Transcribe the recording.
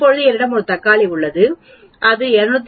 இப்போது என்னிடம் ஒரு தக்காளி உள்ளது இது 250